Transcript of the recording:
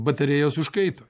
patarėjos užkaito